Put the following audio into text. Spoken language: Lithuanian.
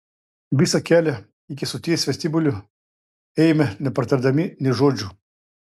visą kelią iki stoties vestibiulio ėjome nepratardami nė žodžio